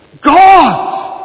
God